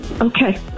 Okay